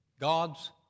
God's